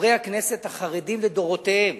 לחברי הכנסת החרדים לדורותיהם